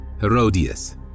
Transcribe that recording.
Herodias